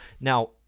now